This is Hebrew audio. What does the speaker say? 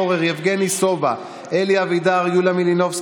שבגינו המעסיק שיחזיר אותו לעבודה יקבל את המענק,